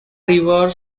river